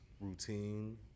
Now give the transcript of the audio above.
routine